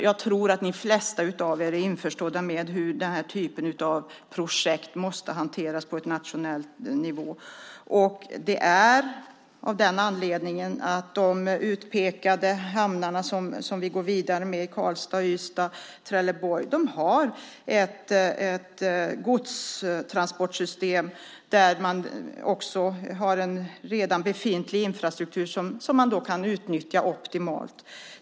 Jag tror att de flesta av er är införstådda med hur den här typen av projekt måste hanteras på nationell nivå. Anledningen till att vi går vidare med de utpekade hamnarna i Karlstad, Ystad och Trelleborg är att de har ett godstransportsystem med en redan befintlig infrastruktur som då kan utnyttjas optimalt.